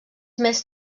més